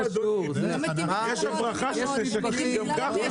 יש הברחה של נשקים גם ככה.